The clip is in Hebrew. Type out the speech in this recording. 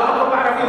לא טבחו בערבים?